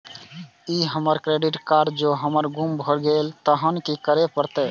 ई हमर credit card जौं हमर गुम भ गेल तहन की करे परतै?